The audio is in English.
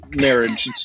marriage